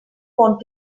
want